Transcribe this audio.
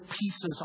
pieces